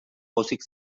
pozik